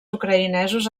ucraïnesos